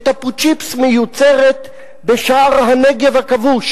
שתפוצ'יפס מיוצר בשער-הנגב הכבוש